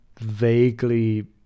vaguely